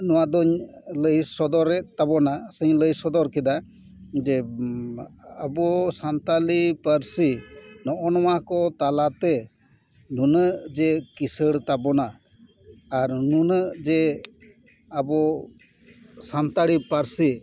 ᱱᱚᱣᱟ ᱫᱚᱹᱧ ᱞᱟᱹᱭ ᱥᱚᱫᱚᱨᱮᱫ ᱛᱟᱵᱚᱱᱟ ᱥᱮᱧ ᱞᱟᱹᱭ ᱥᱚᱫᱚᱨ ᱠᱮᱫᱟ ᱡᱮ ᱟᱵᱚ ᱥᱟᱱᱛᱟᱲᱤ ᱯᱟᱹᱨᱥᱤ ᱱᱚᱜᱼᱚᱭ ᱱᱚᱣᱟ ᱠᱚ ᱛᱟᱞᱟᱛᱮ ᱱᱩᱱᱟᱹᱜ ᱡᱮ ᱠᱤᱥᱟᱹᱬ ᱛᱟᱵᱚᱱᱟ ᱟᱨ ᱱᱩᱱᱟᱹᱜ ᱡᱮ ᱟᱵᱚ ᱥᱟᱱᱛᱟᱲᱤ ᱯᱟᱹᱨᱥᱤ